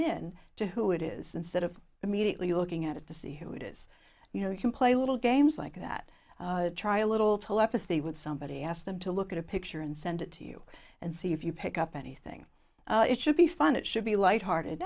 in to who it is instead of immediately looking at the see who it is you know you can play little games like that try a little telepathy with somebody ask them to look at a picture and send it to you and see if you pick up anything it should be fun it should be light hearted